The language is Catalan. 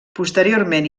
posteriorment